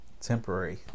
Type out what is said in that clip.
temporary